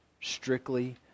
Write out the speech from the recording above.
strictly